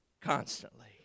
constantly